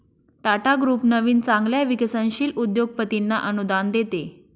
Tata group नवीन चांगल्या विकसनशील उद्योगपतींना अनुदान देते